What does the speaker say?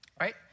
right